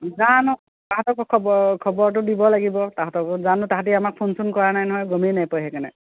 জানো তাহাঁতকো খবৰ খবৰটো দিব লাগিব তাহাঁতক জানো তাহাঁতে আমাক ফোন চোন কৰা নাই নহয় গমেই নাই পোৱা সেইকাৰণে